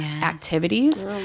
activities